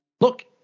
look